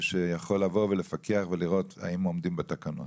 שיכול לבוא, לפקח ולראות אם עומדים בתקנות.